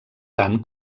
tant